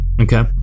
okay